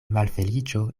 malfeliĉo